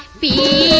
be